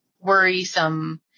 worrisome